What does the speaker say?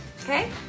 Okay